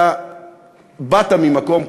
אתה באת ממקום,